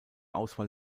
auswahl